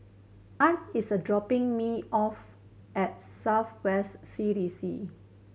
Art is a dropping me off at South West C D C